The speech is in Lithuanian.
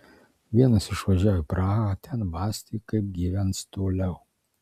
vienas išvažiavo į prahą ten mąstė kaip gyvens toliau